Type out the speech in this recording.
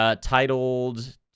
titled